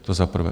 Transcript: To za prvé.